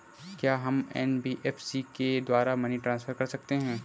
क्या हम एन.बी.एफ.सी के द्वारा मनी ट्रांसफर कर सकते हैं?